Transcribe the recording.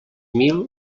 mil